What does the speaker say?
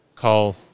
Call